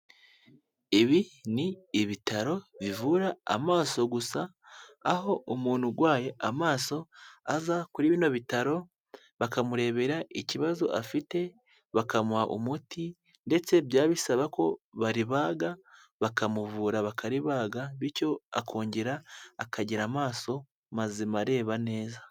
Ibi ni ibitaro bivura amaso gusa, aho umuntu urwaye amaso aza kuri bino bitaro, bakamurebera ikibazo afite, bakamuha umuti, ndetse byaba bisaba ko baribaga, bakamuvura bakaribaga bityo akongera akagira amaso mazima areba neza.